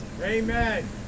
Amen